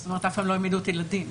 זאת אומרת, אף פעם לא העמידו אותי לדין.